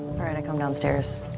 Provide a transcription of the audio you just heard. right, i come downstairs.